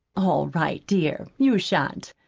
all right, dear, you shan't.